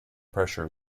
pressure